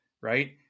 right